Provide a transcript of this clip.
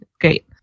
Great